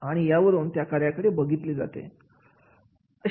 आणि यावरून त्या कार्याकडे बघितले जाते